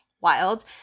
wild